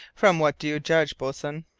from what do you judge, boatswain?